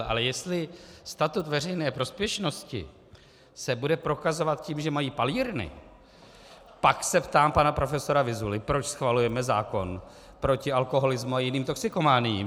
Ale jestli statut veřejné prospěšnosti se bude prokazovat tím, že mají palírny, pak se ptám pana profesora Vyzuly, proč schvalujeme zákon proti alkoholismu a jiným toxikomaniím.